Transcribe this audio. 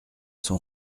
sont